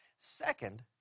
Second